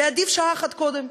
ועדיף שעה אחת קודם.